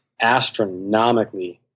astronomically